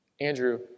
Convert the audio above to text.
Andrew